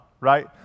right